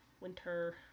winter